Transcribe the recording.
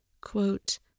quote